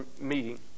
meeting